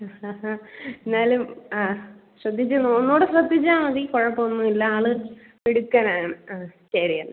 ആ ആ ആ എന്നാലും ആ ശ്രദ്ധിച്ച് ഒന്നൂടെ ശ്രദ്ധിച്ചാൽ മതി കുഴപ്പം ഒന്നും ഇല്ല ആള് മിടുക്കനാണ് ആ ശരി എന്നാൽ